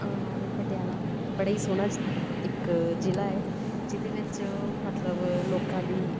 ਪਟਿਆਲਾ ਬੜਾ ਹੀ ਸੋਹਣਾ ਇੱਕ ਜ਼ਿਲ੍ਹਾ ਹੈ ਜਿਹਦੇ ਵਿੱਚ ਮਤਲਬ ਲੋਕਾਂ ਦੀ